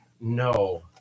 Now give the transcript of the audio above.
No